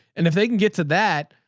and if they can get to that,